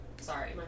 Sorry